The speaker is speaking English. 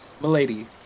Milady